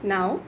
Now